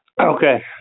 Okay